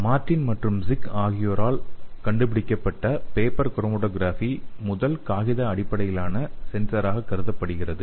Martin மற்றும் சிக் ஆகியோரால் கண்டுபிடிக்கப்பட்ட பேப்பர் குரோமடோகிராபி முதல் காகித அடிப்படையிலான சென்சாராக கருதப்படுகிறது